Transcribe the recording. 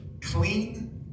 clean